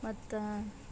ಮತ್ತು